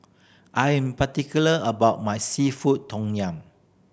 I am particular about my seafood tom yum